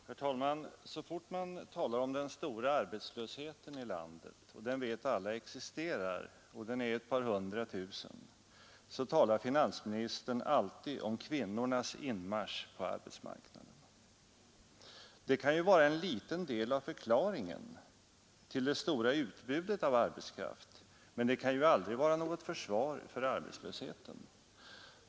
Herr talman! Så fort man talar om den stora arbetslösheten i landet — alla vet att den existerar; den omfattar ett par hundratusen personer — talar finansministern om kvinnornas inmarsch på arbetsmarknaden. Det kan vara en liten del av förklaringen till det stora utbudet av arbetskraft, men det kan aldrig vara något försvar för arbetslösheten.